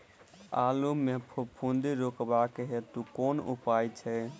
आलु मे फफूंदी रुकबाक हेतु कुन उपाय छै?